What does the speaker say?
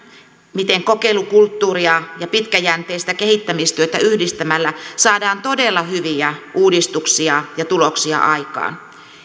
miten kokeilukulttuuria ja pitkäjänteistä kehittämistyötä yhdistämällä saadaan todella hyviä uudistuksia ja tuloksia aikaan